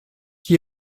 qui